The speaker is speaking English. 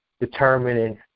determining